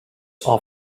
are